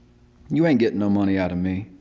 you ain't getting no money out um me.